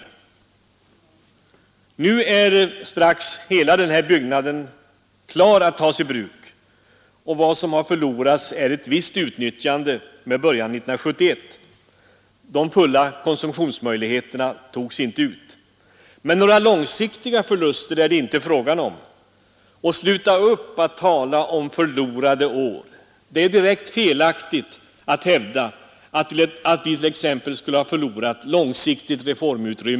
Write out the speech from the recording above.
Snart är hela den här byggnaden klar att tas i anspråk. Vad som har förlorats är ett visst utnyttjande med början 1971. De fulla konsumtionsmöjligheterna togs inte ut, men några långsiktiga förluster är det inte fråga om.